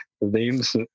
names